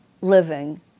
living